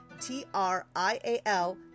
T-R-I-A-L